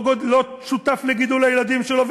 לא שותף לגידול הילדים שלו.